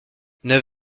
neuf